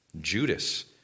Judas